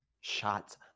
Shots